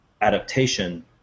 adaptation